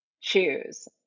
choose